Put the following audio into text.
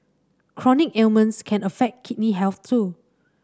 chronic ailments can affect kidney health too